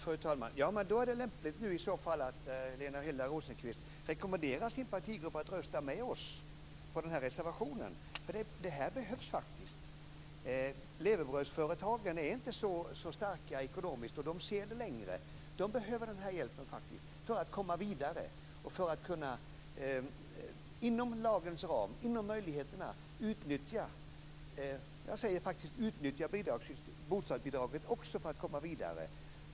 Fru talman! I så fall är det lämpligt att Helena Hillar Rosenqvist nu rekommenderar sin partigrupp att rösta med oss för denna reservation. Detta behövs faktiskt. Levebrödsföretagen är inte så starka ekonomiskt, och de ser det i ett längre perspektiv. De behöver denna hjälp för att komma vidare. De behöver också kunna utnyttja - jag säger faktiskt så - bostadsbidraget inom lagens ram för att komma vidare.